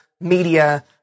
media